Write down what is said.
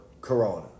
Corona